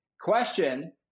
Question